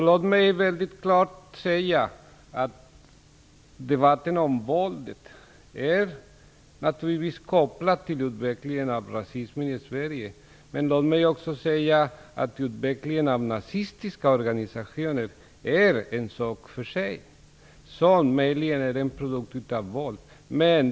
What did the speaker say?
Låt mig mycket klart säga att debatten om våldet naturligtvis är kopplad till utvecklingen av rasismen i Sverige men också att utvecklingen av nazistiska organisationer är en sak för sig, som möjligen är en produkt av våld.